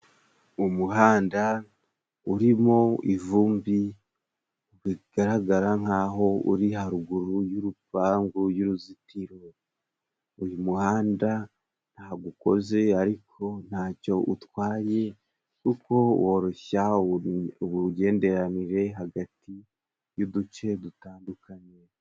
Umuhanda urimo ivumbi bigaragara nkaho uri haruguru y'urupangu y'uruzitiro, uyu muhanda ntago ukoze ariko ntacyo utwaye kuko woroshya ubugenderanire hagati y'uduce dutandukanye.